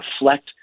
reflect